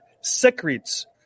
secrets